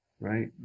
right